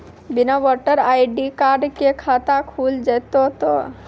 बिना voter ID card के खाता खुल जैते तो?